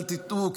אל תטעו,